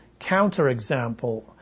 counterexample